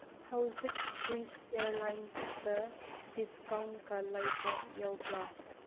ꯍꯧꯖꯤꯛ ꯁ꯭ꯋꯤꯁ ꯑꯦꯌꯔꯂꯥꯏꯟꯁꯇ ꯗꯤꯁꯀꯥꯎꯟꯀ ꯂꯩꯕ ꯌꯥꯎꯕ꯭ꯔꯥ